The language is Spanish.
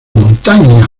montaña